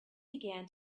began